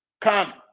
Come